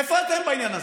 איפה אתם בעניין הזה?